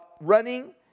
Running